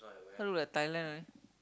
this one look like Thailand only